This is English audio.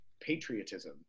patriotism